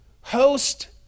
Host